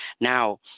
Now